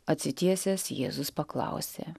atsitiesęs jėzus paklausė